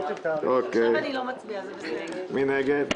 מי נגד?